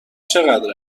چقدر